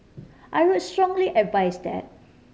I would strongly advise that